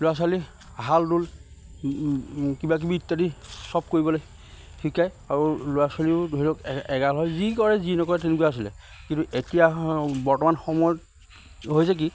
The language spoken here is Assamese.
ল'ৰা ছোৱালী হাল দুল কিবা কিবি ইত্যাদি চব কৰিবলে শিকায় আৰু ল'ৰা ছোৱালীও ধৰি লওক এগাল হয় যি কৰে যি নকৰে তেনেকুৱা আছিলে কিন্তু এতিয়া বৰ্তমান সময়ত হৈছে কি